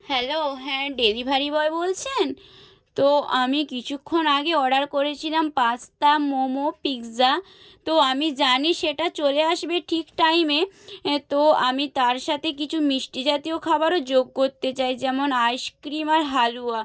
hello হ্যাঁ delivery boy বলছেন তো আমি কিছুক্ষণ আগে অর্ডার করেছিলাম পাস্তা মোমো পিৎজা তো আমি জানি সেটা চলে আসবে ঠিক টাইমে তো আমি তার সাথে কিছু মিষ্টি জাতীয় খাবারও যোগ করতে চাই যেমন আইসক্রিম আর হালুয়া